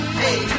hey